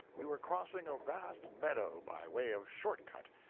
we were crossing a vast meadow by way of short-cut,